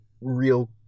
real